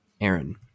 Aaron